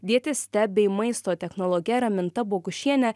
dietiste bei maisto technologe raminta bogušiene